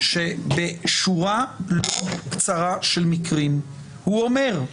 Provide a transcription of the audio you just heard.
בשלושת החודשים שלפני בחירות,